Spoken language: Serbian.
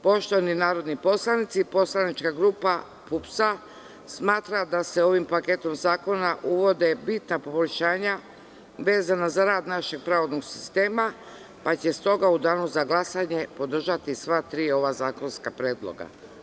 Poštovani narodni poslanici, poslanička grupa PUPS-a smatra da se ovim paketom zakona uvode bitna poboljšanja vezano za rad našeg pravosudnog sistema, pa će stoga u Danu za glasanje podržati sva tri zakonska predloga.